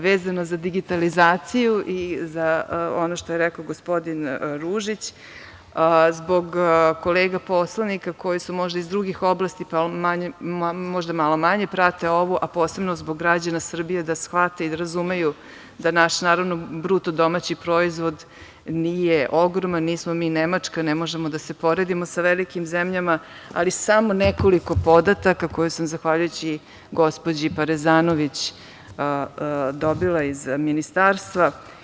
Vezano za digitalizaciju i za ono što je rekao gospodin Ružić, zbog kolega poslanika koji su možda iz drugih oblasti, pa možda malo manje prate ovu, a posebno zbog građana Srbije, da shvate i da razumeju da naš bruto domaći proizvod nije ogroman, nismo mi Nemačka, ne možemo da se poredimo sa velikim zemljama, ali samo nekoliko podataka koje sam zahvaljujući gospođi Parezanović dobila iz ministarstva.